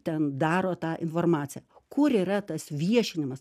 ten daro tą informaciją kur yra tas viešinimas